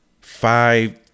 Five